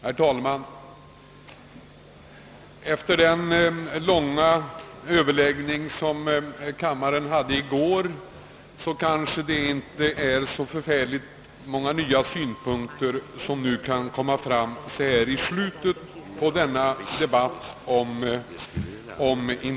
Herr talman! Efter den långa överläggning om investeringsavgiften som kammaren hade i går kanske inte så många nya synpunkter kan komma fram nu i slutet av debatten.